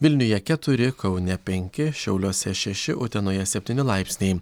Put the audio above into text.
vilniuje keturi kaune penki šiauliuose šeši utenoje septyni laipsniai